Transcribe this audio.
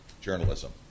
journalism